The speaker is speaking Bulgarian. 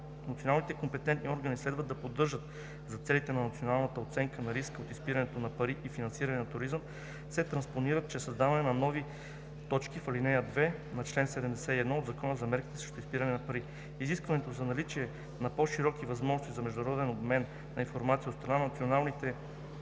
националните компетентни органи следва да поддържат за целите на националната оценка на риска от изпиране на пари и финансиране на тероризъм, се транспонират чрез създаването на нови точки в ал. 2 на чл. 71 от Закона за мерките срещу изпиране на пари. Изискването за наличие на по-широки възможности за международен обмен на информация от страна на националните